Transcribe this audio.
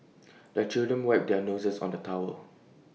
the children wipe their noses on the towel